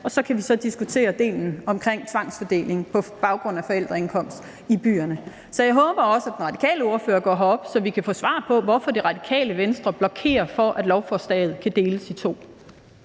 Og så kan vi diskutere delen om tvangsfordeling på baggrund af forældreindkomst i byerne. Så jeg håber også, at den radikale ordfører går herop, så vi kan få svar på, hvorfor Radikale Venstre blokerer for, at lovforslaget kan deles i to.